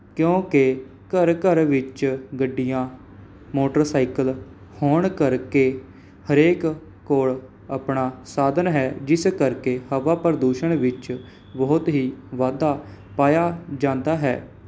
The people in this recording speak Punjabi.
ਕਿਉਂਕਿ ਘਰ ਘਰ ਵਿੱਚ ਗੱਡੀਆਂ ਮੋਟਰਸਾਈਕਲ ਹੋਣ ਕਰਕੇ ਹਰੇਕ ਕੋਲ ਆਪਣਾ ਸਾਧਨ ਹੈ ਜਿਸ ਕਰਕੇ ਹਵਾ ਪ੍ਰਦੂਸ਼ਣ ਵਿੱਚ ਬਹੁਤ ਹੀ ਵਾਧਾ ਪਾਇਆ ਜਾਂਦਾ ਹੈ